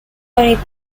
les